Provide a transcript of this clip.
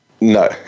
No